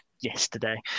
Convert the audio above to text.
yesterday